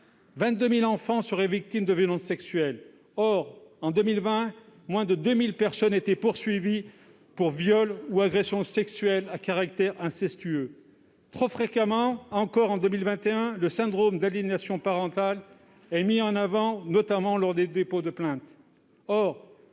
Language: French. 22 000 enfants seraient victimes de violences sexuelles. Or, en 2020, moins de 2 000 personnes ont été poursuivies pour viol ou agression sexuelle à caractère incestueux. Trop fréquemment encore, en 2021, le syndrome d'aliénation parentale est mis en avant, notamment lors des dépôts de plainte.